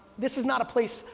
this is not a place,